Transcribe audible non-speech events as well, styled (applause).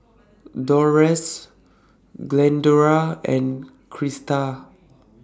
Dolores Glendora and Krista (noise)